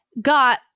got